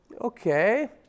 Okay